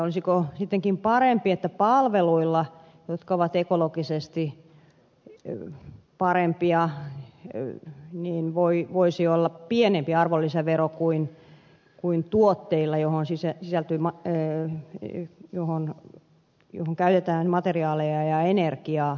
olisiko sittenkin parempi että palveluilla jotka ovat ekologisesti parempia voisi olla pienempi arvonlisävero kuin tuotteilla johon sisä ja timo töihin ei johon joihin käytetään materiaaleja ja energiaa